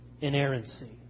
inerrancy